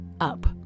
up